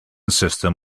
system